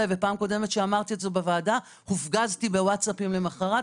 ופעם קודמת שאמרתי את זה בוועדה הופגזתי בווטסאפים למחרת,